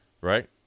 Right